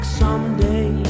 someday